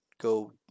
go